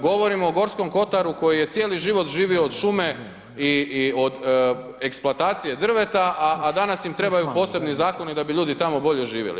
Govorimo o Gorskom Kotoru koji je cijeli život živio od šume i od eksploatacije drveta, a danas im trebaju posebni zakoni da bi ljudi tamo bolje živjeli.